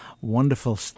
wonderful